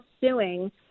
suing